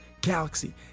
Galaxy